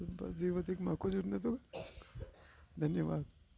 वधीक मां कुझु नथो धन्यवाद